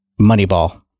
Moneyball